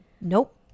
nope